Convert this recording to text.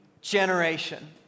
generation